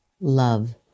love